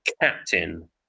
captain